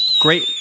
Great